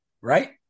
right